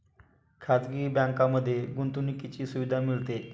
खाजगी बँकांमध्ये गुंतवणुकीची सुविधा मिळते